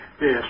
Yes